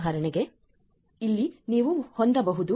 ಉದಾಹರಣೆಗೆ ಇಲ್ಲಿ ನೀವು ಹೊಂದಬಹುದು S 10